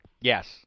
Yes